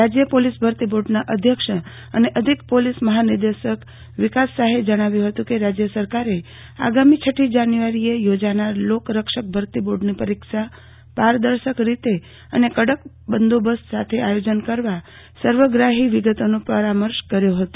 રાજય પોલીસ ભરતી બોર્ડના અધ્યક્ષ અને અધિક પોલીસ મહાનિર્દેશક વિકાસ સહાય જણાવ્યુ હતુ કે રાજય સરકારે આગામી છઠ્ઠી જાન્યુઆરીએ યોજાનાર લોકરક્ષક ભરતી બોર્ડની પરીક્ષા પારદર્શક રીતે અને કડક બંદોબસ્ત સાથે આયોજન કરવા સર્વગ્રાહી વિગતોનો પરામર્શ કર્યો હતો